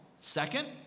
second